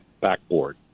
backboard